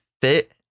fit